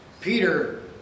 Peter